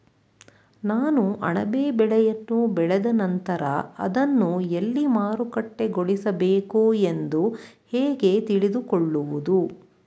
ನಾನು ಅಣಬೆ ಬೆಳೆಯನ್ನು ಬೆಳೆದ ನಂತರ ಅದನ್ನು ಎಲ್ಲಿ ಮಾರುಕಟ್ಟೆಗೊಳಿಸಬೇಕು ಎಂದು ಹೇಗೆ ತಿಳಿದುಕೊಳ್ಳುವುದು?